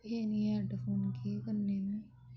एह् नेह् हैडफोन केह् करने में